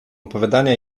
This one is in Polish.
opowiadania